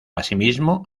asimismo